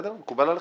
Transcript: מקובל עליכם?